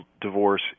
divorce